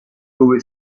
dove